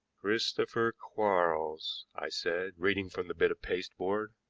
christopher quarles, i said, reading from the bit of pasteboard.